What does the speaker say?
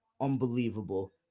Unbelievable